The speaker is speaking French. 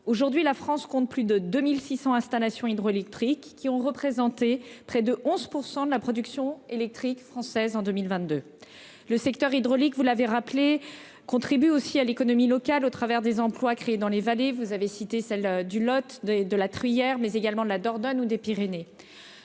Aujourd'hui la France compte plus de 2600 installations hydroélectriques qui ont représenté près de 11% de la production électrique française en 2022. Le secteur hydraulique. Vous l'avez rappelé contribue aussi à l'économie locale au travers des emplois créés dans les vallées. Vous avez cité, celle du Lot des de la crue hier mais également de la Dordogne ou des Pyrénées.